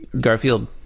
Garfield